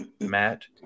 Matt